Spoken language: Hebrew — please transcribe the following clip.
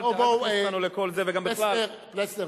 אל תכניס אותנו לכל זה,